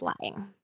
lying